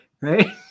right